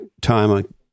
time